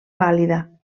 vàlida